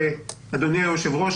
אדוני היושב-ראש,